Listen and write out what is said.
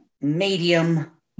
medium